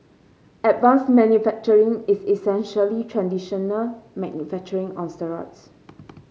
advanced manufacturing is essentially traditional manufacturing on steroids